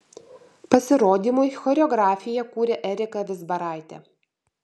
pasirodymui choreografiją kūrė erika vizbaraitė